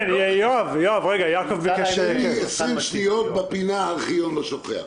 תן לי 20 שניות בפינה "הארכיון לא שוכח",